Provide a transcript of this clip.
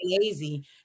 lazy